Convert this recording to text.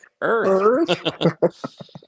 Earth